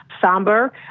somber